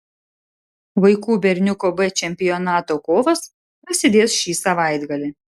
vaikų berniukų b čempionato kovos prasidės šį savaitgalį